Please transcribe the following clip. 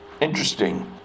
Interesting